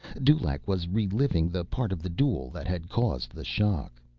dulaq was reliving the part of the duel that had caused the shock.